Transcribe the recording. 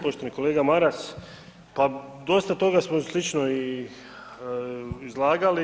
Poštovani kolega Maras, pa dosta toga smo slično i izlagali.